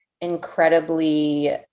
incredibly